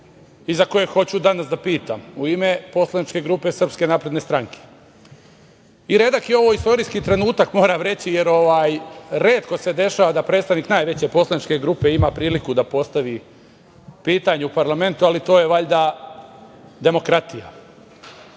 i za koje hoću danas da pitam u ime poslaničke grupe Srpske napredne stranke. Redak je ovo istorijski trenutak, moram reći, jer retko se dešava da predstavnik najveće poslaničke grupe ima priliku da postavi pitanje u parlamentu, ali to je valjda demokratija. Naime,